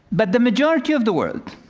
but the majority of the world